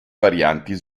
varianti